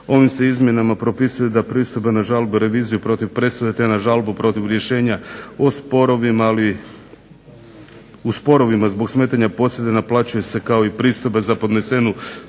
Ovim se izmjenama propisuje da pristojba na žalbu i reviziju protiv presude te na žalbu protiv rješenja u sporovima zbog smetanja posjeda naplaćuje se kao i pristojba za podnesenu